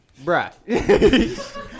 bruh